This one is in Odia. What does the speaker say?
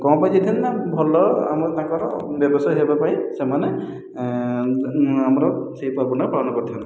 କ'ଣ ପାଇଁ ଯାଇଥାନ୍ତି ନା ଭଲ ଆମର ତାଙ୍କର ବ୍ୟବସାୟ ହେବାପାଇଁ ସେମାନେ ଆମର ସେଇ ପର୍ବଟା ପାଳନ କରିଥାନ୍ତି